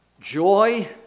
Joy